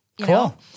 Cool